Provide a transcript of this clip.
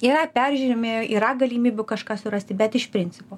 yra peržiūrimi yra galimybių kažką surasti bet iš principo